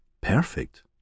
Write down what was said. Perfect